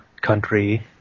country